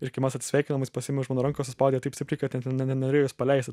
ir kai mes atsisveikinom jis pasiėmė už mano rankos suspaudė taip stipriai kad net ne nenorėjo jos paleisti